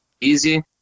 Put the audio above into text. easy